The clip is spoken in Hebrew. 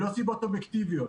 הן לא הסיבות האובייקטיביות,